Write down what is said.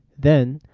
then,